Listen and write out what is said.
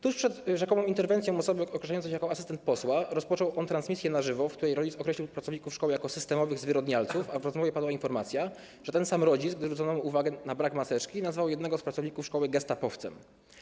Tuż przed rzekomą interwencją osoby określającej się jako asystent posła, osoba ta rozpoczęła transmisję na żywo, w której rodzic określił pracowników szkoły jako systemowych zwyrodnialców, a w rozmowie padła informacja, że ten sam rodzic, gdy zwrócono mu uwagę na brak maseczki, nazwał jednego z pracowników szkoły gestapowcem.